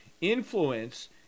influence